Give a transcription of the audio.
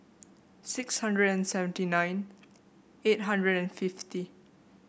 six hundred and seventy nine eight hundred and fifty